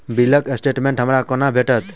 बिलक स्टेटमेंट हमरा केना भेटत?